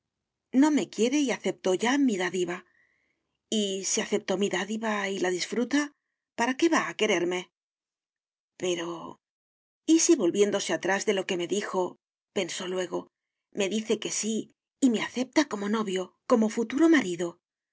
no me quiere y aceptó ya mi dádiva y si aceptó mi dádiva y la disfruta para qué va a quererme pero y si volviéndose atrás de lo que me dijopensó luego me dice que sí y me acepta como novio como futuro